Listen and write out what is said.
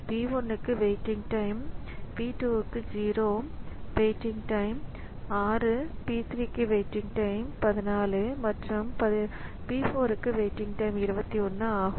P 1 க்கு waiting time P 2 க்கு 0 waiting time 6 P 3 waiting time 14 மற்றும் P 4 வெயிட்டிங் டைம் 21 ஆகும்